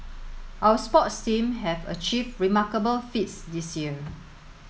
our sports team have achieved remarkable feats this year